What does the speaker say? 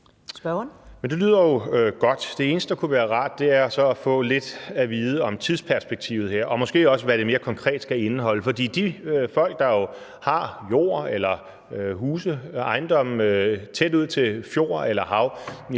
Det kunne være rart at få lidt at vide om tidsperspektivet her, og måske også hvad det mere konkret skal indeholde. For de folk, der jo har jord eller huse og ejendomme tæt ud til fjord eller hav,